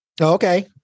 Okay